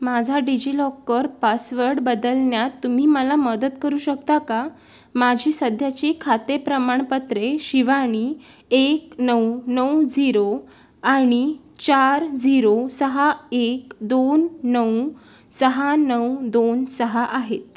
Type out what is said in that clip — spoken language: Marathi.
माझा डिजिलॉकर पासवर्ड बदलण्यात तुम्ही मला मदत करू शकता का माझी सध्याची खाते प्रमाणपत्रे शिवाणी एक नऊ नऊ झिरो आणि चार झिरो सहा एक दोन नऊ सहा नऊ दोन सहा आहेत